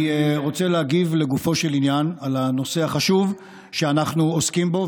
אני רוצה להגיב לגופו של עניין על הנושא החשוב שאנחנו עוסקים בו,